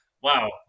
wow